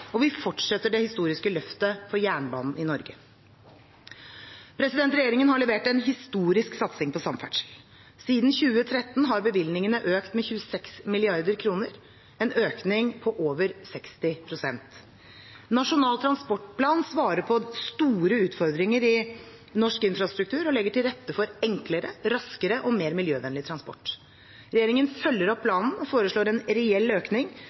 og vi fortsetter det historiske løftet for jernbanen i Norge. Regjeringen har levert en historisk satsing på samferdsel. Siden 2013 har bevilgningene økt med 26 mrd. kr, en økning på over 60 pst. Nasjonal transportplan svarer på store utfordringer i norsk infrastruktur og legger til rette for enklere, raskere og mer miljøvennlig transport. Regjeringen følger opp planen og foreslår en reell økning